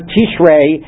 Tishrei